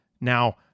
Now